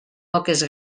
poques